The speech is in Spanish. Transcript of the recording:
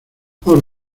por